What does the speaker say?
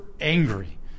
angry